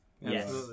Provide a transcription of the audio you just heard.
Yes